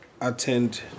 attend